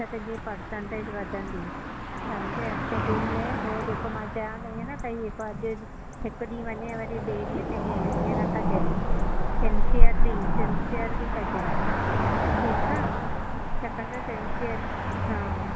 त तुंहिंजी पर्संटेज वधंदी सम्झएं शिड्यूल में उहो जेको मां चयां पई आहे न पंहिंजी हिकु ॾींहुं वञे वरी ॿिए ॾींहं ते इहे ईअं न कजे सिनसेयरली सिनसेयरली कजांइ ठीकु आहे छाकाणि त सिनसेयर हा